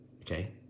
Okay